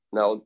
Now